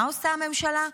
מה עושה הממשלה?